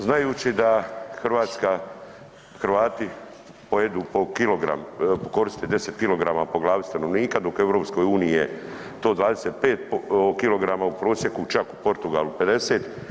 znajući da Hrvatska, Hrvati pojedu po kilogram, koriste 10 kg po glavi stanovnika dok u EU je to 25 kg u prosjeku, čak u Portugalu 50.